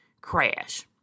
crash